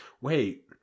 Wait